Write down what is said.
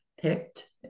picked